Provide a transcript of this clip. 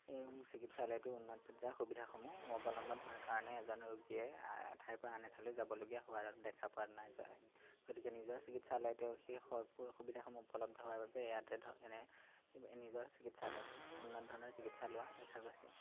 এই চিকিৎসালয়তো উন্নত পৰ্যায়ৰ সুবিধাসমূহ অৱলম্বন হোৱাৰ কাৰণে এজন ৰোগীয়ে এঠাইৰ পৰা আনে এঠাইলৈ যাবলগীয়া হোৱা দেখা পোৱা নাযায় গতিকে নিজৰ চিকিৎসালয়তে সেই সু সুবিধাসমূহ উপলব্ধ হোৱাৰ বাবে ইয়াতে নিজৰ চিকিৎসালয়তে উন্নত ধৰণৰ চিকিৎসা লোৱা দেখা গৈছে